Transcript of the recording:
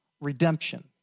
redemption